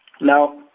Now